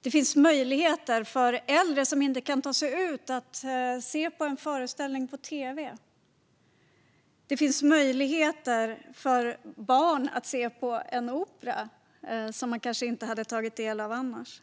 Det finns möjlighet för äldre som inte kan ta sig ut att se en föreställning på tv. Det finns möjlighet för barn att se en operaföreställning som de kanske inte hade tagit del av annars.